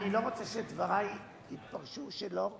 אני לא רוצה שדברי יתפרשו שלא כהלכה.